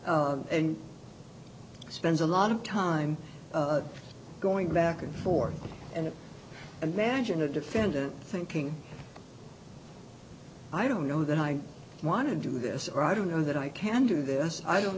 and spends a lot of time going back and forth and imagine a defendant thinking i don't know that i want to do this i don't know that i can do this i don't